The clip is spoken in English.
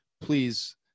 Please